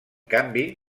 canvi